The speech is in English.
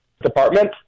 Department